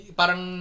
parang